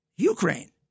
Ukraine